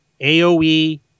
AoE